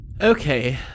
Okay